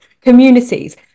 communities